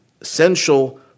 essential